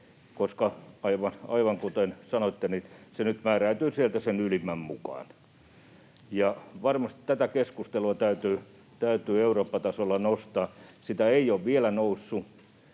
koska aivan kuten sanoitte, se nyt määräytyy sieltä sen ylimmän mukaan. Varmasti tätä keskustelua täytyy Eurooppa-tasolla nostaa. Sitä ei ole vielä noussut,